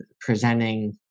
presenting